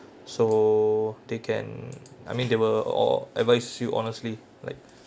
so they can I mean they will or advise you honestly